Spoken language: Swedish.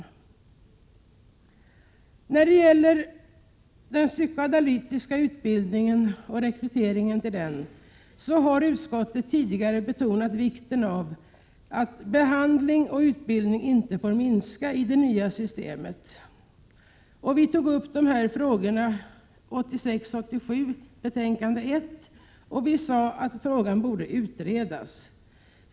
Beträffande rekrytering till psykoanalytikerutbildningen har utskottet tidigare betonat vikten av att behandling och utbildning inte får minska med det nya systemet. Vi tog upp dessa frågor i betänkande 1986/87:1. Vi sade att frågan borde utredas.